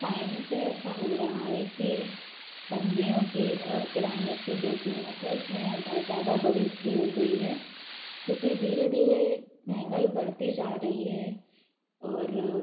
time से ऐसा हो रहा है कि सब्जियों की और किराने की जो कीमत है उसमें बहुत ज़्यादा बढ़ोतरी हो गई है क्योंकि धीरे धीरे महंगाई बढ़ती जा रही है और